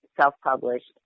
self-published